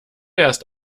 erst